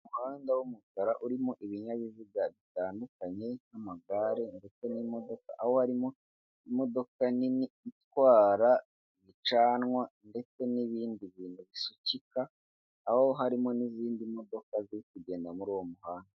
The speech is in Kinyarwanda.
Umuhanda w'umukara urimo ibinyabiziga bitandukanye nk'amagare ndetse n'imodoka, aho harimo imodoka nini itwaraibicanwa ndetse n'ibindi bintu bisukika, aho harimo n'izindi modoka ziri kugenda muri uwo muhanda.